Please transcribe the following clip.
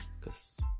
cause